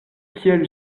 kiel